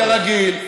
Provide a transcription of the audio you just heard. כרגיל,